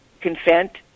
consent